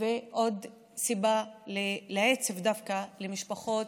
ועוד סיבה לעצב למשפחות,